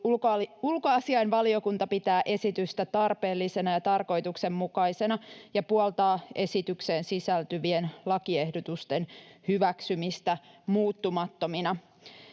ulkoasiainvaliokunta pitää esitystä tarpeellisena ja tarkoituksenmukaisena ja puoltaa esitykseen sisältyvien lakiehdotusten hyväksymistä muuttumattomina.